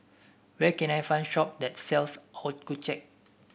where can I find a shop that sells Accucheck